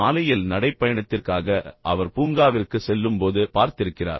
மாலையில் நடைப்பயணத்திற்காக அவர் பூங்காவிற்குச் செல்லும்போது பார்த்திருக்கிறார்